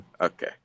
Okay